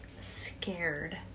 scared